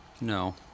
No